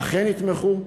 ואכן יתמכו.